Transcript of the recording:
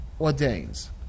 ordains